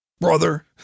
brother